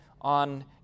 on